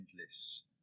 endless